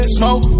Smoke